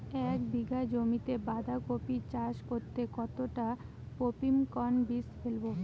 এক বিঘা জমিতে বাধাকপি চাষ করতে কতটা পপ্রীমকন বীজ ফেলবো?